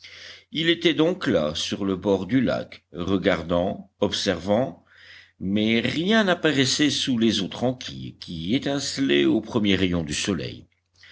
il était donc là sur le bord du lac regardant observant mais rien n'apparaissait sous les eaux tranquilles qui étincelaient aux premiers rayons du soleil